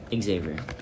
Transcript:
Xavier